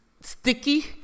sticky